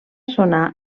sonar